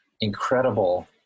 incredible